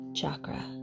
chakra